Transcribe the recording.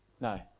no